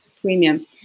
premium